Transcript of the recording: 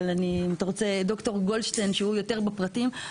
וד"ר גולדשטיין הוא יותר בפרטים.